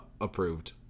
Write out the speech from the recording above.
approved